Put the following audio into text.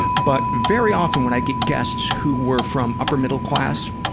but very often when i get guests who were from upper-middle-class